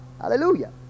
hallelujah